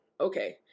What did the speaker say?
okay